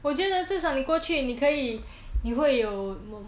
我觉得至少你过去你可以你会有